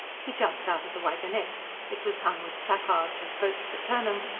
he jumped out of the wagonette it was hung with placards of vote for turnham!